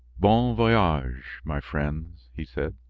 bon voyage, my friends! he said.